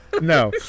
No